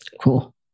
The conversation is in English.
Cool